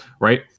right